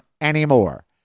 anymore